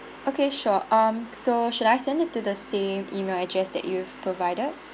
okay sure um so should I send it to the same email address that you've provided